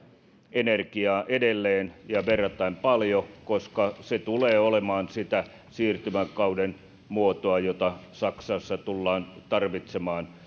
energiaa edelleen ja verrattain paljon koska se tulee olemaan sitä siirtymäkauden muotoa jota saksassa tullaan tarvitsemaan